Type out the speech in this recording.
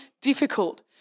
difficult